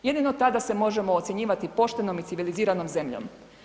Jedino tada se možemo ocjenjivati poštenom i civiliziranom zemljom.